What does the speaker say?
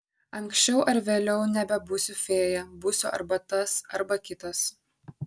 anksčiau ar vėliau nebebūsiu fėja būsiu arba tas arba kitas